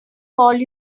call